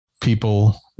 people